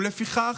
ולפיכך,